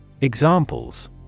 Examples